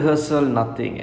err